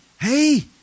hey